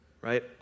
right